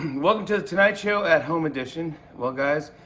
welcome to the tonight show at home edition. well, guys,